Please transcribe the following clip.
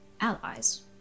allies